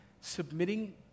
submitting